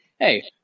Hey